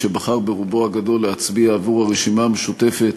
שבחר ברובו הגדול להצביע עבור הרשימה המשותפת,